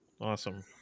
Awesome